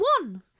one